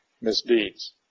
misdeeds